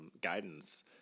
guidance